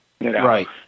Right